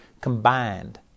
combined